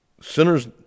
Sinners